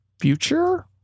future